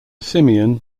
simeon